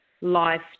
life